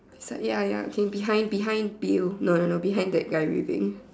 so ya ya okay behind behind you no no no behind that guy waving